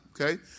okay